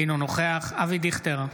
אינו נוכח אבי דיכטר,